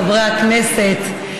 חברי הכנסת,